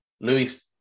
Louis